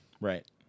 Right